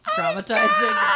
Traumatizing